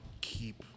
keep